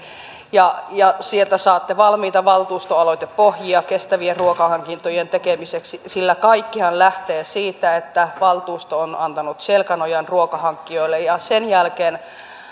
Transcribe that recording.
sieltä saatte valmiita valtuustoaloitepohjia kestävien ruokahankintojen tekemiseksi sillä kaikkihan lähtee siitä että valtuusto on antanut selkänojan ruokahankkijoille ja sen jälkeen